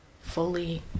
fully